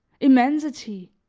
immensity.